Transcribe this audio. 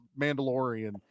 Mandalorian